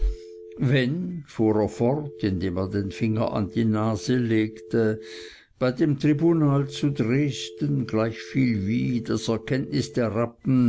wenn fuhr er fort indem er den finger an die nase legte bei dem tribunal zu dresden gleichviel wie das erkenntnis der rappen